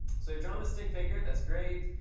so we've drawn the stick figure. that's great.